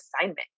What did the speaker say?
assignment